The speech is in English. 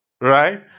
right